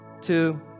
two